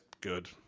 Good